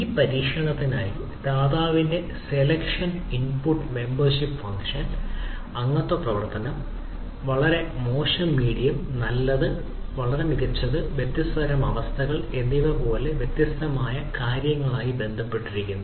ഈ പരീക്ഷണത്തിനായി ദാതാവിന്റെ സെലക്ഷൻ ഇൻപുട്ട് മെമ്പർഷിപ് ഫങ്ങ്ഷൻ അംഗത്വ പ്രവർത്തനം വളരെ മോശം മീഡിയം നല്ലത് വളരെ മികച്ചത് വ്യത്യസ്ത തരം അവസ്ഥകൾ എന്നിവ പോലുള്ള വ്യത്യസ്തമായ കാര്യങ്ങൾ ആയി ബന്ധപ്പെട്ടിരിക്കുന്നു